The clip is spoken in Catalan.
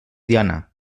diana